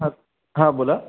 हां हां बोला